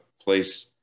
place